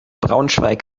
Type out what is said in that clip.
braunschweig